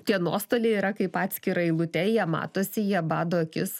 tie nuostoliai yra kaip atskira eilute jie matosi jie bado akis